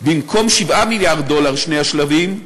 במקום 7 מיליארד דולר לשני השלבים,